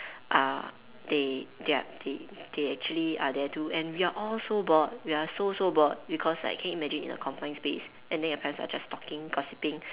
uh they they are they they actually are there too and we are all so bored we are so so bored because like can you imagine in a confined space and then your parents are just talking gossiping